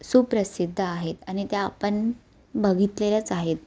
सुप्रसिद्ध आहेत आणि त्या आपण बघितलेल्याच आहेत